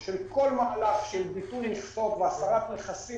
של כל מהלך של ביטול מכסות והסרת מכסים